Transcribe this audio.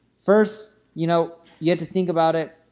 first, you know, you have to think about it,